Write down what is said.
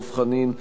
דב חנין,